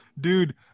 Dude